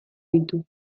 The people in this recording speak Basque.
ditu